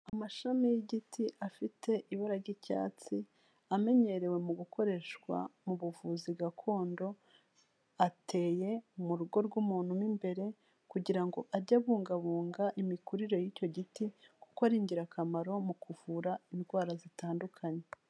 Amashami y'igiti afite ibara ry'icyatsi, amenyerewe mu gukoreshwa mu buvuzi gakondo, ateye mu rugo rw'umuntu imbere kugira ngo ajye abungabunga imikurire y'icyo giti, kuko ari ingirakamaro mu kuvura indwara zitandukanye.